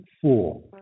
four